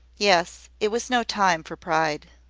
yes it was no time for pride.